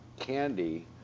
candy